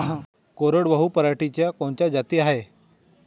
कोरडवाहू पराटीच्या कोनच्या जाती हाये?